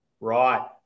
Right